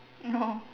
oh